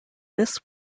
this